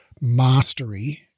mastery